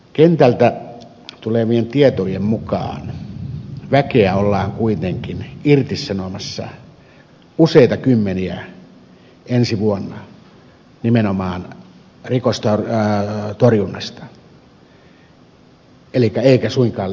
kentältä tulevien tietojen mukaan väkeä ollaan kuitenkin irtisanomassa useita kymmeniä ensi vuonna nimenomaan rikostorjunnasta eikä suinkaan lisäämässä